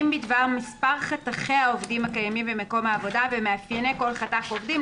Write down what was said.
בדבר מספר חתכי העובדים הקיימים במקום העבודה ומאפייני כל חתך עובדים,